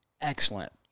excellent